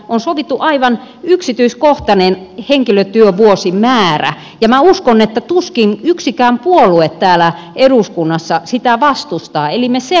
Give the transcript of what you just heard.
on sovittu aivan yksityiskohtainen henkilötyövuosimäärä ja minä uskon että tuskin yksikään puolue täällä eduskunnassa sitä vastustaa